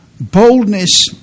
Boldness